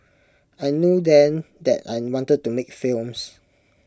I knew then that I wanted to make films